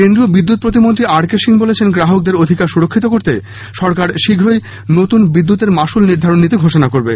কেন্দ্রীয় বিদ্যুৎ প্রতিমন্ত্রী আর কে সিং বলেছেন গ্রাহকদের অধিকার সুরক্ষিত করতে সরকার শীঘ্রই নতুন বিদ্যুতের মাশুল নির্ধারন নীতি ঘোষনা করবে